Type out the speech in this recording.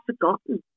forgotten